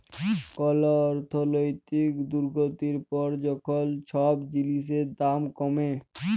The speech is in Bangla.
কল অর্থলৈতিক দুর্গতির পর যখল ছব জিলিসের দাম কমে